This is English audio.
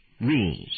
rules